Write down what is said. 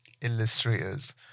illustrators